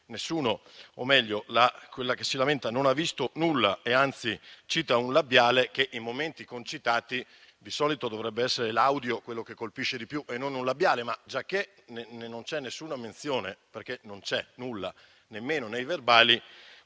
nessuno, o meglio la collega che si lamenta non ha visto nulla e anzi cita un labiale, mentre in momenti concitati di solito dovrebbe essere l'audio quello che colpisce di più, e non il labiale. Tuttavia, giacché non c'è alcuna menzione, perché non c'è nulla nemmeno nei verbali,